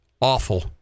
Awful